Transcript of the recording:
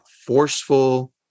forceful